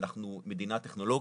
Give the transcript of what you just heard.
אנחנו מדינה טכנולוגית,